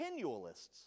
Continualists